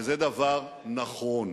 וזה דבר נכון.